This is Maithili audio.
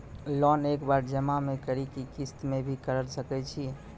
लोन एक बार जमा म करि कि किस्त मे भी करऽ सके छि?